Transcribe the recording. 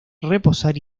reposar